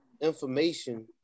information